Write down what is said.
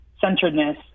centeredness